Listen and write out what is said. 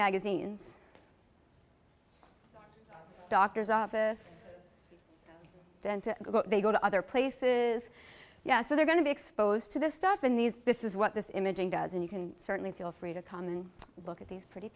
magazines doctor's office they go to other places so they're going to be exposed to this stuff in these this is what this imaging does and you can certainly feel free to come and look at these pretty